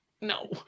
No